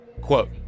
Quote